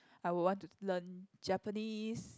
I would want to learn Japanese